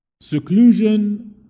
seclusion